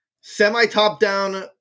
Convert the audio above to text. semi-top-down